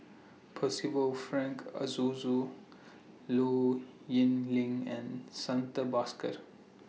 Percival Frank Aroozoo Low Yen Ling and Santha Bhaskar